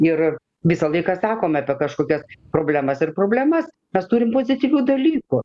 ir visą laiką sakome apie kažkokias problemas ir problemas mes turim pozityvių dalykų